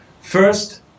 first